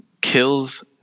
kills